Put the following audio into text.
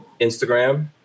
Instagram